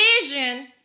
vision